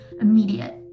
immediate